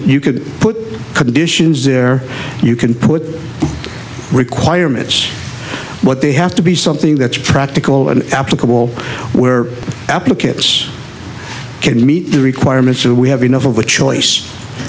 could put conditions there you can put requirements what they have to be something that's practical and applicable where applicants can meet the requirements so we have enough of a choice